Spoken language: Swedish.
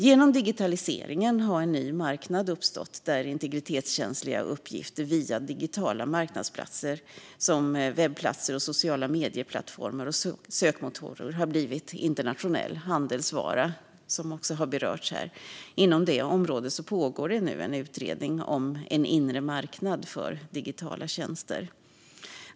Genom digitaliseringen har en ny marknad uppstått, där integritetskänsliga uppgifter via digitala marknadsplatser som webbplatser, sociala medieplattformar och sökmotorer har blivit internationell handelsvara. Inom det området pågår nu en utredning om en inre marknad för digitala tjänster.